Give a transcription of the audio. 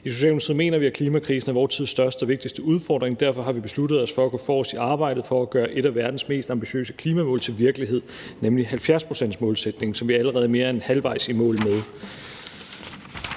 I Socialdemokratiet mener vi, at klimakrisen er vores tids største og vigtigste udfordring. Derfor har vi besluttet os for at gå forrest i arbejdet for at gøre et af verdens mest ambitiøse klimamål til virkelighed, nemlig 70-procentsmålsætningen, som vi allerede er mere end halvvejs i mål med.